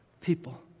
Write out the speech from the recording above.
people